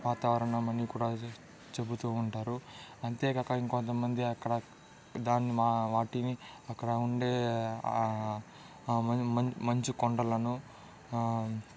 వాతావరణం అని కూడా చెబుతూ ఉంటారు అంతేకాక ఇంకొంతమంది అక్కడ దాన్ని వాటిని అక్కడ ఉండే మంచు మంచు కొండలను